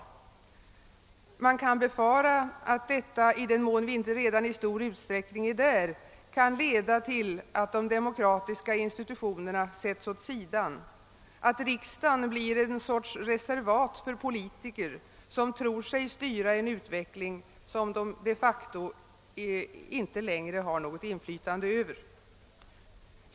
Och man kan befara att detta, i den mån vi inte redan i stor utsträckning är där, kan leda till att de demokratiska institutionerna sätts åt sidan, att riksdagen blir en sorts reservat för politiker som tror sig styra en utveckling, som de de facto inte längre har något inflytande över.